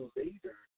later